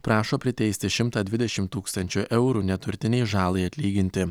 prašo priteisti šimtą dvidešim tūkstančių eurų neturtinei žalai atlyginti